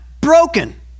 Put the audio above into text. broken